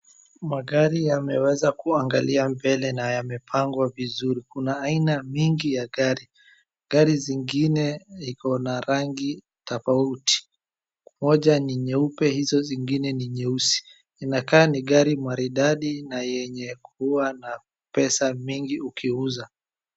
Magari yameweza kuangalia mbele na yamepangwa vizuri. Kuna aina mingi ya gari. Gari zingine iko na rangi tofauti. Moja ni nyeupe hizo zingine ni nyeusi. Inakaa ni gari maridadi na yenye kuwa na pesa mingi ukiuza.